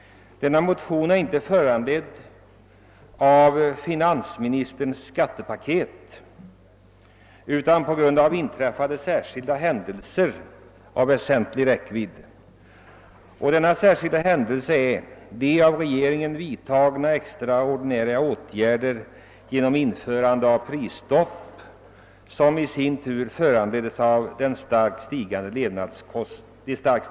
Denna motion är inte föranledd av finansministerns skattepaket utan av en särskild händelse av väsentlig räckvidd, nämligen den av regeringen vidtagna extraordinära åtgärden att införa prisstopp, som i sin tur berodde på de starkt stigande levnadskostnaderna.